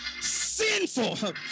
sinful